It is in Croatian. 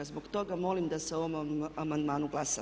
Zbog toga molim da se o ovom amandmanu glasa.